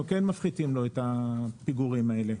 אנחנו כן מפחיתים לו את הפיגורים האלה.